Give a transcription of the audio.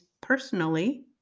personally